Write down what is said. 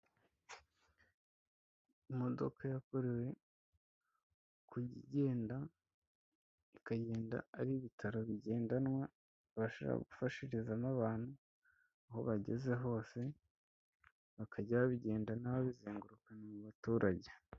Imodoka yakorewe kujya igenda ikagenda ari ibitaro bigendanwa bakabasha gufashiriza abantu aho bageze hose bakajya babigenda babizengukana m'abaturage.